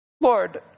Lord